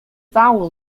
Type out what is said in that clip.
vowel